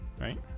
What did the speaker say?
right